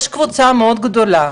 יש קבוצה מאוד גדולה